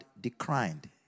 declined